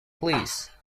please